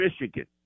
Michigan